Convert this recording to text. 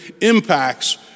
impacts